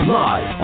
live